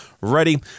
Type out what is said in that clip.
ready